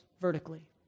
vertically